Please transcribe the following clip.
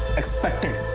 expected.